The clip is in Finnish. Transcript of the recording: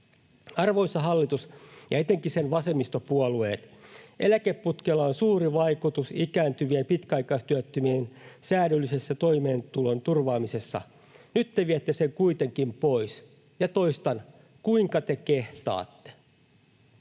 Arvoisa hallitus ja etenkin sen vasemmistopuolueet, eläkeputkella on suuri vaikutus ikääntyvien pitkäaikaistyöttömien säädyllisen toimeentulon turvaamisessa. Nyt te viette sen kuitenkin pois, ja toistan: ”Kuinka te kehtaatte?”